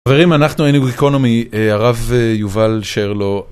חברים, אנחנו היינו איקונומי, הרב יובל שרלו.